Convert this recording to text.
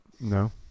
No